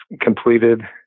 completed